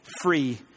free